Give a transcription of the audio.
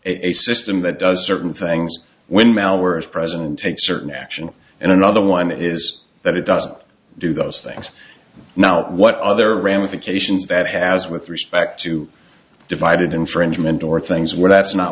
a system that does certain things when malware is present take certain action and another one is that it doesn't do those things now what other ramifications that has with respect to divided infringement or things where that's not